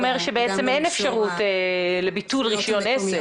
נאמרו הרבה דברים חשובים והזמן קצר.